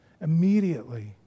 Immediately